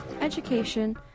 education